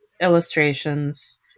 illustrations